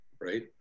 right